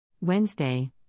Wednesday